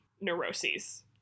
neuroses